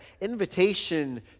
invitation